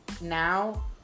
now